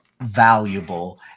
valuable